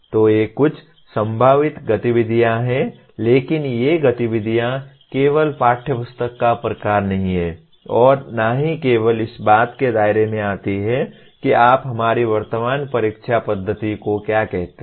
तो ये कुछ संभावित गतिविधियाँ हैं लेकिन ये गतिविधियाँ केवल पाठ्यपुस्तक का प्रकार नहीं हैं और न ही केवल इस बात के दायरे में आती हैं कि आप हमारी वर्तमान परीक्षा पद्धति को क्या कहते हैं